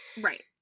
Right